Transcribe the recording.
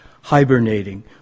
hibernating